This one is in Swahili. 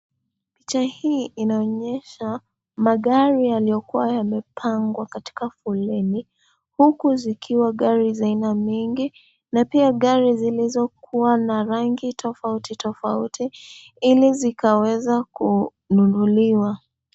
Picha hii inaonyesha magari yaliyokuwa yamepangwa katika foleni, huku zikiwa gari za aina mingi, na pia gari zilizokuwa na rangi tofauti tofauti, ili zikaweza kununuliwa.